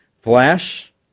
Flash